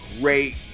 great